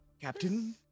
Captain